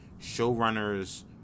showrunners